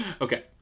Okay